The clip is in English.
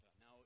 Now